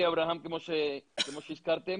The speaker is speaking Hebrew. כמה אנשים משתתפים